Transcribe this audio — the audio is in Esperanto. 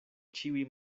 ĉiuj